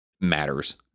matters